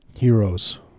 Heroes